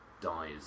dies